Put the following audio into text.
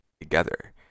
together